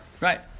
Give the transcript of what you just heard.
right